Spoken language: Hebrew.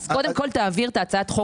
קודם כל תעביר את הצעת החוק.